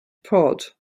pod